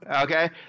Okay